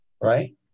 Right